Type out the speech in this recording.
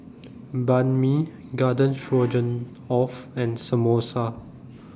Banh MI Garden Stroganoff and Samosa